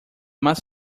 mais